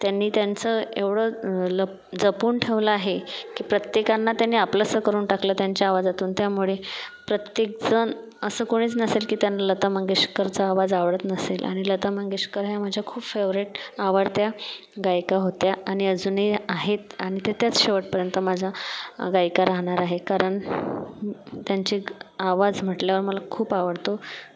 त्यांनी त्यांचं एवढं ल जपून ठेवलं आहे की प्रत्येकांना त्यांनी आपलंसं करून टाकलं त्यांच्या आवाजातून त्यामुळे प्रत्येक जण असं कोणीच नसेल की त्यांना लता मंगेशकरचा आवाज आवडत नसेल आणि लता मंगेशकर या माझ्या खूप फेवरेट आवडत्या गायिका होत्या आणि अजूनही आहेत आणि ते त्याच शेवटपर्यंत माझ्या गायिका राहणार आहेत कारण त्यांचे आवाज म्हटल्यावर मला खूप आवडतो